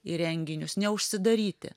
į renginius neužsidaryti